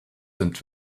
sind